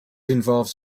involves